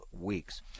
weeks